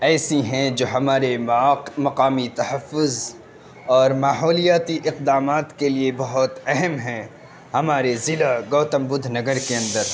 ایسی ہیں جو ہمارے مقامی تحفظ اور ماحولیاتی اقدامات کے لیے بہت اہم ہیں ہمارے ضلع گوتم بدھ نگر کے اندر